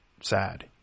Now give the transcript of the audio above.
sad